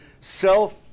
self